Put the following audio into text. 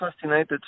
fascinated